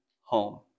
home